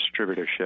distributorship